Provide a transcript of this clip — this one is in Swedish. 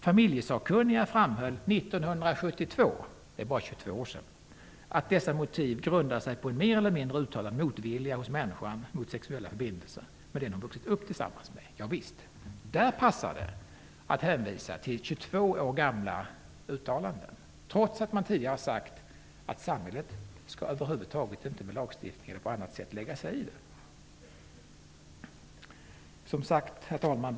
Familjesakkunniga framhöll 1972 -- det är bara 22 år sedan -- ''att dessa motiv grundar sig på en mer eller mindre uttalad motvilja hos människan mot sexuella förbindelser med den hon vuxit upp tillsammans med''. Där passar det att hänvisa till 22 år gamla uttalanden, trots att man tidigare har sagt att samhället över huvud taget inte skall lägga sig i detta genom lagstiftning eller på annat sätt. Herr talman!